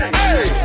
hey